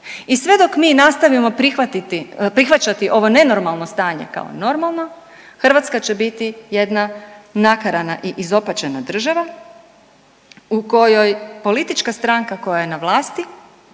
I sve dok mi nastavljamo prihvatiti, prihvaćati ovo nenormalno stanje kao normalno Hrvatska će biti jedna nakarana i izopačena država u kojoj politička stranka koja je na vlasti